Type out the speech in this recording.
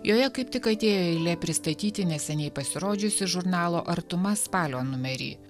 joje kaip tik atėjo eilė pristatyti neseniai pasirodžiusį žurnalo artuma spalio numerį